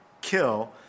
kill